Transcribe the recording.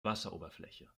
wasseroberfläche